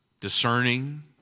discerning